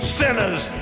sinners